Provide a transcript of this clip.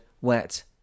wet